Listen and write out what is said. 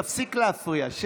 תפסיק להפריע.